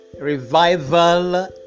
revival